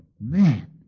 Man